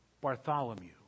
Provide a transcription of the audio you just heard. Bartholomew